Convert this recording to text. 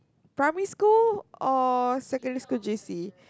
primary school or secondary school J_C